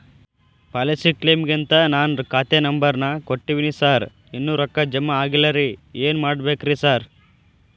Policy ಕ್ಲೇಮಿಗಂತ ನಾನ್ ಖಾತೆ ನಂಬರ್ ನಾ ಕೊಟ್ಟಿವಿನಿ ಸಾರ್ ಇನ್ನೂ ರೊಕ್ಕ ಜಮಾ ಆಗಿಲ್ಲರಿ ಏನ್ ಮಾಡ್ಬೇಕ್ರಿ ಸಾರ್?